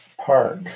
park